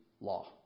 law